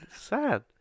sad